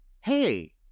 Hey